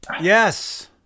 Yes